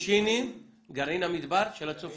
שינשינים, גרעין המדבר של הצופים.